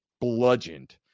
bludgeoned